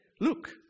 look